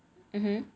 mmhmm